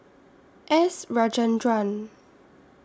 S Rajendran